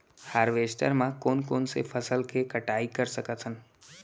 Harvester म कोन कोन से फसल के कटाई कर सकथन?